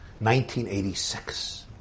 1986